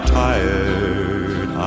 tired